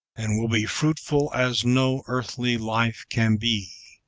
and will be fruitful as no earthly life can be.